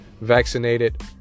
vaccinated